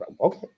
okay